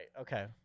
Okay